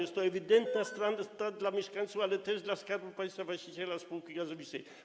Jest to ewidentna strata dla mieszkańców, ale też dla Skarbu Państwa, właściciela spółki gazowniczej.